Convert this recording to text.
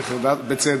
בצדק.